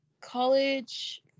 college